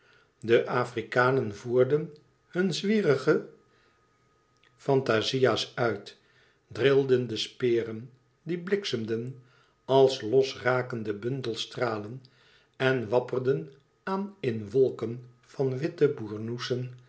de afrikanen voerden hunne zwierige fantazia's uit drilden de speren die bliksemden als losrakende bundels stralen en wapperden aan in wolken van witte